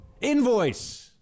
Invoice